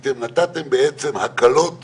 זה יכול להיות בשלב ראשון נישואים קונסולריים,